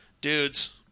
Dudes